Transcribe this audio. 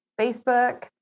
Facebook